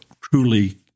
truly